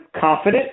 confident